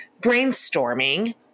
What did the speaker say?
brainstorming